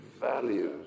values